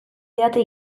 didate